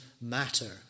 matter